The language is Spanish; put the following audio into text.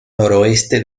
noroeste